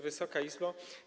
Wysoka Izbo!